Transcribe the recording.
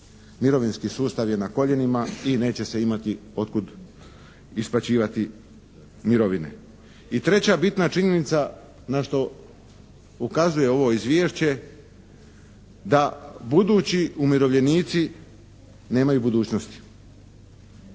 mirovinski sustav je na koljenima i neće se imati od kud isplaćivati mirovine. I treća bitna činjenica na što ukazuje ovo izvješće da budući umirovljenici nemaju budućnosti.